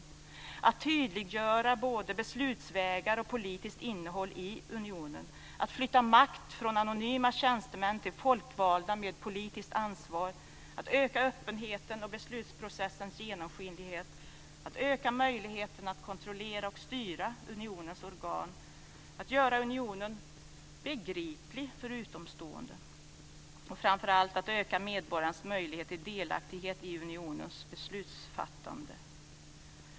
Det måste vara att tydliggöra både beslutsvägar och politiskt innehåll i unionen, att flytta makt från anonyma tjänstemän till folkvalda med politiskt ansvar, att öka öppenheten och beslutsprocessens genomskinlighet, att öka möjligheten att kontrollera och styra unionens organ, att göra unionen begriplig för utomstående och framför allt att öka medborgarens möjlighet till delaktighet i unionens beslutsfattande.